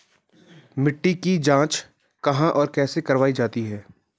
मिट्टी की जाँच कहाँ और कैसे करवायी जाती है?